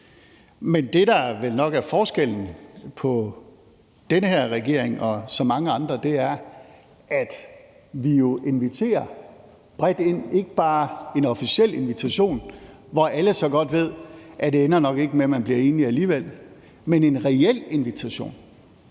Men det, der vel nok er forskellen på den her regering og så mange andre, er, at vi jo inviterer bredt ind, ikke bare med en officiel invitation, hvor alle så godt ved, at det nok alligevel ikke ender med, at man bliver enige, men en reel invitation,